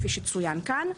כפי שצוין כאן.